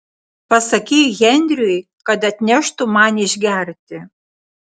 pasakyk henriui kad atneštų man išgerti